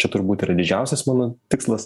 čia turbūt yra didžiausias mano tikslas